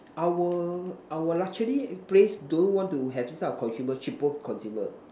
our our luxury place don't want to have this type of consumer cheapo consumer